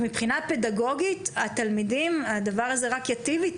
מבחינה פדגוגית הדבר הזה רק ייטיב עם